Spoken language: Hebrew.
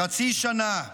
חצי שנה שקשישים,